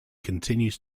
continues